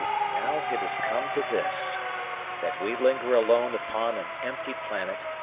and now it has come to this that we linger alone upon an empty planet,